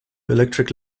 electric